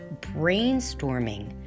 brainstorming